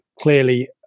clearly